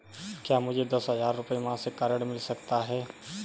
क्या मुझे दस हजार रुपये मासिक का ऋण मिल सकता है?